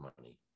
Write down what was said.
money